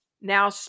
Now